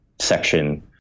section